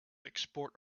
export